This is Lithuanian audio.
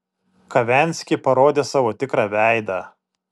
kavenski parodė savo tikrą veidą